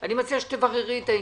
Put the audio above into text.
אני מציע שתבררי את העניין.